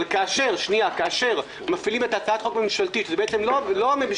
אבל כאשר מפעילים את הצעת החוק הממשלתית ובעצם זו לא הממשלה,